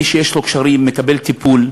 מי שיש לו קשרים מקבל טיפול.